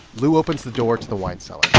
lou opens the door to the wine cellar